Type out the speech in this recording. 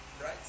right